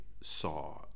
saw